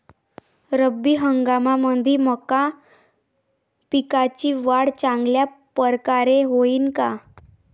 रब्बी हंगामामंदी मका पिकाची वाढ चांगल्या परकारे होईन का?